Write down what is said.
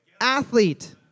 athlete